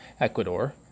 Ecuador